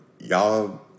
Y'all